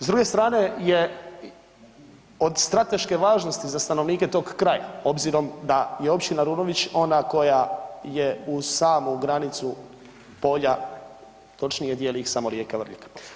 S druge strane je od strateške važnosti za stanovnike toga kraja s obzirom da je općina Runović ona koja je uz samu granicu polja točnije dijeli ih samo rijeka Vrlika.